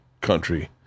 country